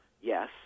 yes